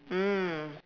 mm